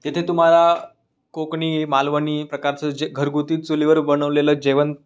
तिथे तुम्हाला कोकणी मालवणी प्रकारचं जे घरगुती चुलीवर बनवलेलं जेवण